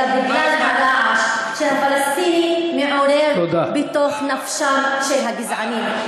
אלא בגלל הרעש שהפלסטיני מעורר בתוך נפשם של הגזענים.